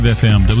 fm